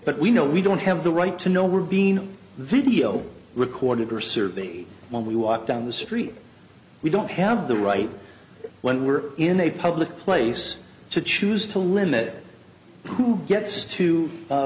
but we know we don't have the right to know we're being video recorded or surveyed when we walk down the street we don't have the right when we're in a public place to choose to limit who gets to